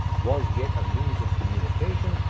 was yet a means of communication,